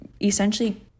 essentially